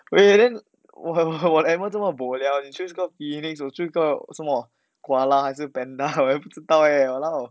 !oi! then 我我的 animal 这么 boliao 你 choose 一个 phoenix 我 choose 一个什么 koala 还是 panda 我也不知道 eh !walao!